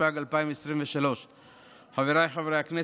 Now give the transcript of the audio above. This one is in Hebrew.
התשפ"ג 2023. חבריי חברי הכנסת,